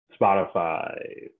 Spotify